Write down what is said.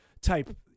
type